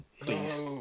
Please